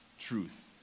truth